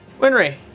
Winry